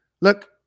Look